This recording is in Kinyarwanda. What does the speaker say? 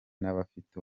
n’abafite